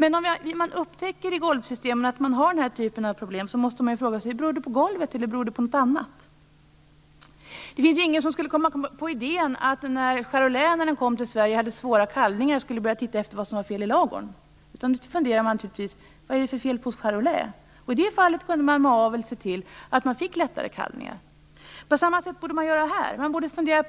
Men om man har golvsystem och upptäcker den här typen av problem måste man fråga sig: Beror det på golvet eller på något annat? När Charolais kom till Sverige hade den svåra kalvningar. Men det var ingen som kom på idén att titta efter vad som var fel i ladugården. Man funderade naturligtvis på vad som var fel med Charolais. I det fallet gick det att med avel se till att kalvningarna blev lättare. På samma sätt borde man göra i det här fallet. Går det att ändra